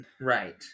Right